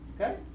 Okay